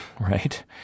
right